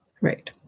Right